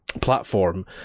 platform